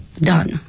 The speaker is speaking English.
done